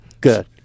Good